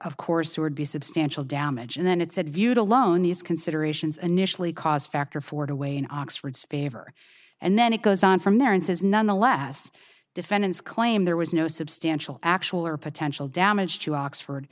of course who would be substantial damage and then it said viewed alone these considerations initially cost factor ford away in oxford's favor and then it goes on from there and says nonetheless defendants claim there was no substantial actual or potential damage to oxford